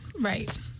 Right